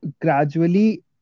gradually